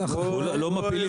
לא רע,